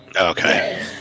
Okay